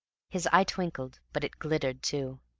his eye twinkled, but it glittered, too.